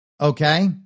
Okay